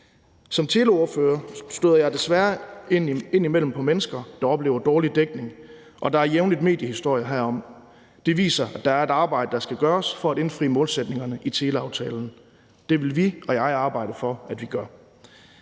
Som teleordfører støder jeg desværre indimellem på mennesker, der oplever dårlig dækning, og der er jævnligt mediehistorier herom. Det viser, at der er et arbejde, der skal gøres for at indfri målsætningerne i teleaftalen. Det vil vi og jeg arbejde for at vi gør.